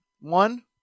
One